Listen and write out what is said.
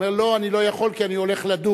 הוא אומר: לא, אני לא יכול, כי אני הולך לדוג.